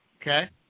okay